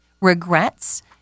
Regrets